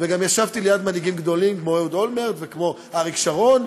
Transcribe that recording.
וגם ישבתי ליד מנהיגים גדולים כמו אהוד אולמרט וכמו אריק שרון,